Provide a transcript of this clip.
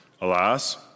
Alas